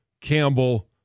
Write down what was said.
Campbell